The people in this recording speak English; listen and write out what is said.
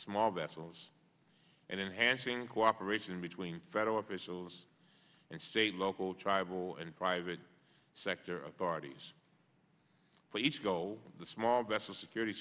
small vessels and enhancing cooperation between federal officials and state local tribal and private sector authorities for each go the small vessel security